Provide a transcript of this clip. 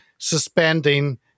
Suspending